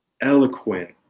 eloquent